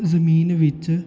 ਜ਼ਮੀਨ ਵਿੱਚ